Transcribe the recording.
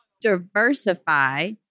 Diversify